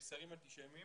מסרים אנטישמיים